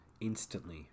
instantly